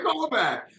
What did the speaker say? callback